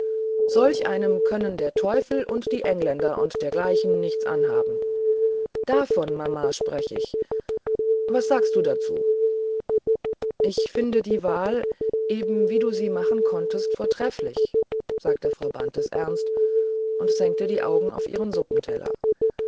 solche einem können der teufel und die engländer und dergleichen nichts anhaben davon mama sprech ich was sagst du dazu ich finde die wahl eben wie du sie machen konntest vortrefflich sagte frau bantes ernst und senkte die augen auf ihren suppenteller